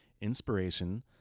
inspiration